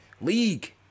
league